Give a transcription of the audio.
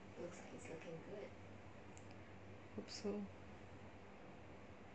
hope so